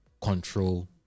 control